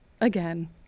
Again